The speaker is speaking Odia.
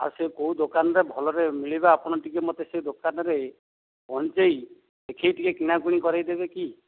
ଆଉ ସେ କୋଉ ଦୋକାନରେ ଭଲରେ ମିଳିବା ଆପଣ ଟିକେ ମୋତେ ସେ ଦୋକାନ ରେ ପହଁଞ୍ଚେଇ ଦେଖିକି କିଣାକୁଣି କରେଇ ଦେବେକି